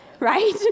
right